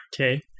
Okay